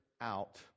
out